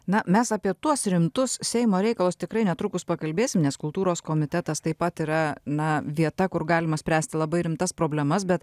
na mes apie tuos rimtus seimo reikalus tikrai netrukus pakalbėsim nes kultūros komitetas taip pat yra na vieta kur galima spręsti labai rimtas problemas bet